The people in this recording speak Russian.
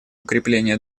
укрепления